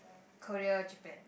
Korea Japan